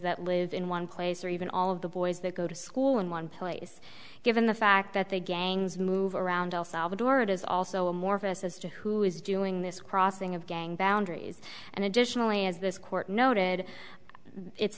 that live in one place or even all of the boys that go to school in one place given the fact that the gangs move around all salvador it is also more of a sister who is doing this crossing of gang boundaries and additionally as this court noted it's